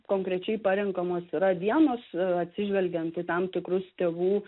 konkrečiai parenkamos yra dienos atsižvelgiant į tam tikrus tėvų